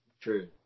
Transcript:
True